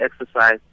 exercise